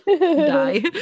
die